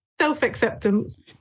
Self-acceptance